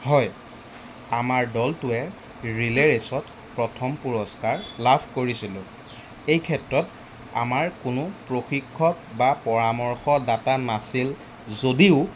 হয় আমাৰ দলটোৱে ৰিলে ৰেইচত প্ৰথম পুৰস্কাৰ লাভ কৰিছিলোঁ এই ক্ষেত্ৰত আমাৰ কোনো প্ৰশিক্ষক বা পৰামৰ্শদাতা নাছিল যদিও